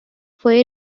fue